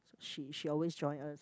she she always join us